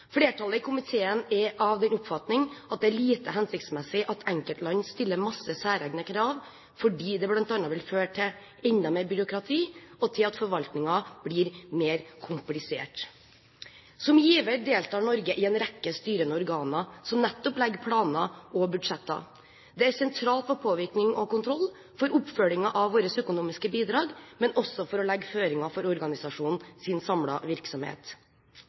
Flertallet i komiteen er av den oppfatning at det er lite hensiktsmessig at enkeltland stiller masse særegne krav, fordi det bl.a. vil føre til enda mer byråkrati og til at forvaltningen blir mer komplisert. Som giver deltar Norge i en rekke styrende organer som nettopp legger planer og budsjetter. Det er sentralt for påvirkning og kontroll for oppfølgingen av våre økonomiske bidrag, men også for å legge føringer for organisasjonens samlede virksomhet.